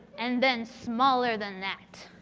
and then smaller than that.